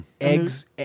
Eggs